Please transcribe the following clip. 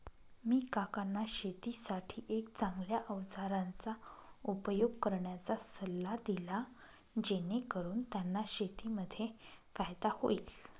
मी काकांना शेतीसाठी एक चांगल्या अवजारांचा उपयोग करण्याचा सल्ला दिला, जेणेकरून त्यांना शेतीमध्ये फायदा होईल